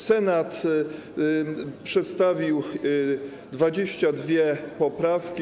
Senat przedstawił 22 poprawki.